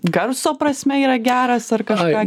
garso prasme yra geras ar kažką